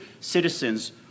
citizens